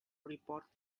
report